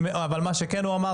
אבל מה שכן הוא אמר,